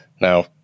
Now